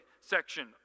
section